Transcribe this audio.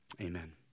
Amen